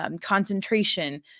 Concentration